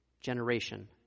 generation